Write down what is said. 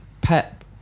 Pep